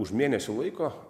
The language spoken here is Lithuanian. už mėnesio laiko